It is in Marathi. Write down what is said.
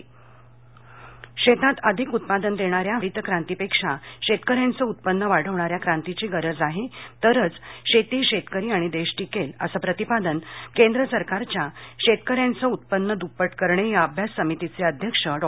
शेती शेतीत अधिक उत्पादन देणार्या हरितक्रांतीपेक्षा शेतकर्यांचे उत्पन्न वाढणार्याक क्रांतीची गरज आहे तरच शेती शेतकरी आणि देश टिकेल असं प्रतिपादन केंद्र सरकारच्या शेतकर्यांरचे उत्पन्न दूप्पट करणे अभ्यास समितीचे अध्यक्ष डॉ